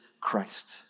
Christ